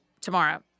tomorrow